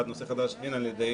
הן על ידי